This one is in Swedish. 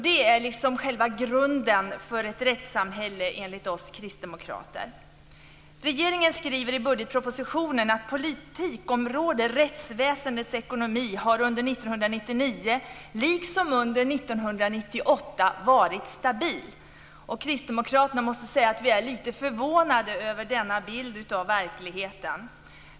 Det är liksom själva grunden för ett rättssamhälle enligt oss kristdemokrater. Regeringen skriver i budgetpropositionen att 1999 liksom under 1998 varit stabil." Jag måste säga att vi kristdemokrater är lite förvånade över denna bild av verkligheten.